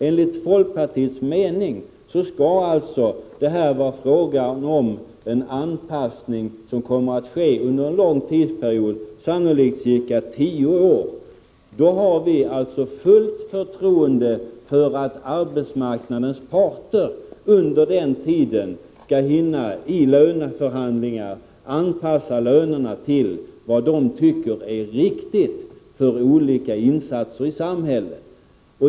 Enligt folkpartiets mening är det här fråga om en anpassning som skall ske under en lång tidsperiod, sannolikt ca tio år. Vi har fullt förtroende för att arbetsmarknadens parter under den tiden skall hinna att genom löneförhandlingar anpassa lönerna till vad de tycker är riktigt för olika insatser i samhället.